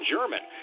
German